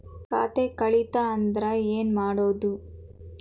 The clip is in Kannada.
ಖಾತೆ ಕಳಿತ ಅಂದ್ರೆ ಏನು ಮಾಡೋದು?